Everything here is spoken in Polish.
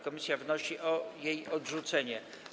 Komisja wnosi o jej odrzucenie.